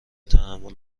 تحمل